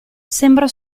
sembra